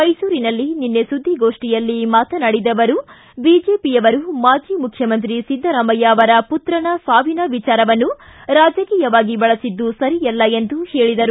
ಮೈಸೂರಿನಲ್ಲಿ ನಿನ್ನೆ ಸುದ್ದಿಗೋಷ್ಠಿಯಲ್ಲಿ ಮಾತನಾಡಿದ ಅವರು ಬಿಜೆಪಿಯವರು ಮಾಜಿ ಮುಖ್ಯಮಂತ್ರಿ ಸಿದ್ದರಾಮಯ್ಯ ಅವರ ಪುತ್ರನ ಸಾವಿನ ವಿಚಾರವನ್ನು ರಾಜಕೀಯವಾಗಿ ಬಳಸಿದ್ದು ಸರಿಯಲ್ಲ ಎಂದು ಹೇಳಿದರು